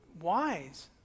wise